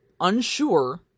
unsure